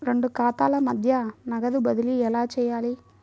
రెండు ఖాతాల మధ్య నగదు బదిలీ ఎలా చేయాలి?